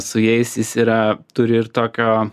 su jais yra turi ir tokio